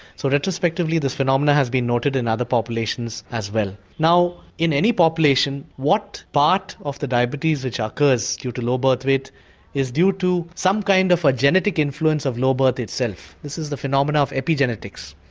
so retrospectively this phenomenon has been noted in other populations as well. now in any population what part of the diabetes which occurs due to low birth weight is due to some kind of a genetic influence of low birth itself? this is the phenomenon of epi-genetics.